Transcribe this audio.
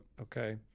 Okay